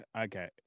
Okay